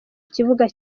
kibuga